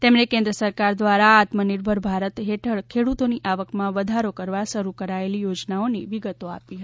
તેમણે કેન્દ્ર સરકાર દ્વારા આત્મનિર્ભર ભારત હેઠળ ખેડૂતોની આવકમાં વધારો કરવા શરૂ કરાયેલી યોજનાઓની વિગતો આપી હતી